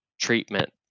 treatment